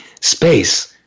space